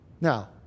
Now